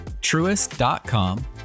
truest.com